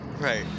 right